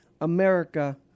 America